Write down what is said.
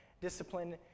discipline